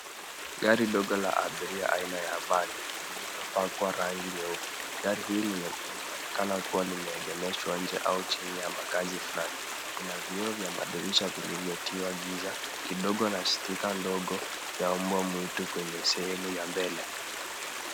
Gari ndogo la abiria aina ya van lililopakwa rangi nyeupe. Gari hili linaonekana kuwa limeegemeshwa nje au chini ya makazi fulani .Ina vioo vya madirisha vilivyotiwa giza kidogo na sticker ndogo ya mbwamwitu kwenye sehemu ya mbele.